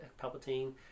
Palpatine